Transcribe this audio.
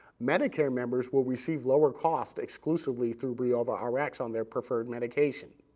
medicare members will receive lower costs exclusively through briovarx on their preferred medication.